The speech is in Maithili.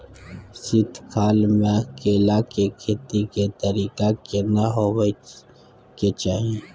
शीत काल म केला के खेती के तरीका केना होबय के चाही?